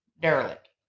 derelict